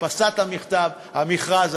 הדפסת המכרז,